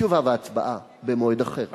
תשובה והצבעה במועד אחר.